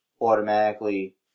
automatically